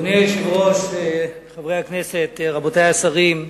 אדוני היושב-ראש, חברי הכנסת, רבותי השרים,